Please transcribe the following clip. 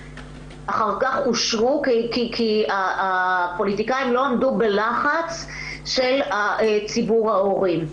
אחר כך אושרו כי הפוליטיקאים לא עמדו בלחץ של ציבור ההורים.